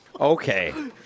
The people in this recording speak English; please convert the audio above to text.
Okay